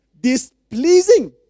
displeasing